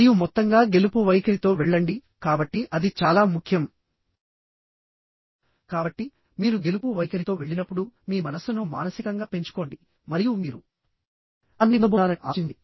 మరియు మొత్తంగా గెలుపు వైఖరితో వెళ్ళండి కాబట్టి అది చాలా ముఖ్యం కాబట్టి మీరు గెలుపు వైఖరితో వెళ్ళినప్పుడు మీ మనస్సును మానసికంగా పెంచుకోండి మరియు మీరు దాన్ని పొందబోతున్నారని ఆలోచించండి